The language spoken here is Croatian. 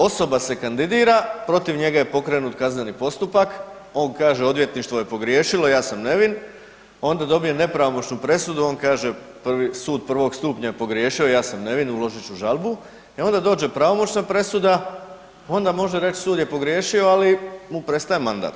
Osoba se kandidira, protiv njega je pokrenut kazneni postupak, on kaže, odvjetništvo je pogriješilo, ja sam nevin, onda dobije nepravomoćnu presudu, on kaže prvi, sud prvog stupnja je pogriješio, ja sam nevin, uložit ću žalbu, e onda dođe pravomoćna presuda, onda može reći sud je pogriješio, ali mu prestaje mandat.